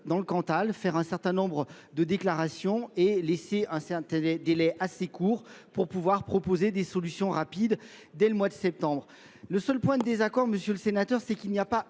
dans le Cantal, faire un certain nombre de déclarations et laisser un certain délai assez court pour pouvoir proposer des solutions rapides dès le mois de septembre. Le seul point de désaccord, monsieur le sénateur, c'est qu'il n'y a pas